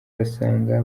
basanga